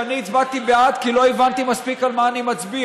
שאני הצבעתי בעד כי לא הבנתי מספיק על מה אני מצביע.